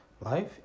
life